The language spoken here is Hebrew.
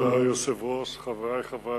כבוד היושב-ראש, חברי חברי